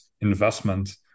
investment